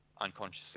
unconsciously